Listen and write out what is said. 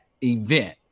event